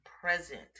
present